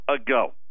ago